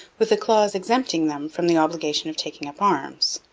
with a clause exempting them from the obligation of taking up arms.